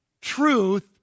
truth